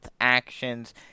actions